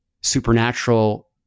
supernatural